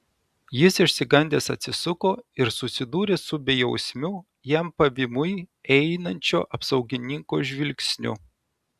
jis išsigandęs atsisuko ir susidūrė su bejausmiu jam pavymui einančio apsaugininko žvilgsniu